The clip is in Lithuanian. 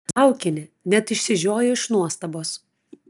zaukienė net išsižiojo iš nuostabos